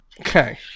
Okay